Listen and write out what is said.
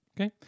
Okay